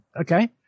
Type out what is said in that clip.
Okay